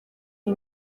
iyi